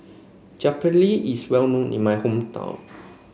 Japchae is well known in my hometown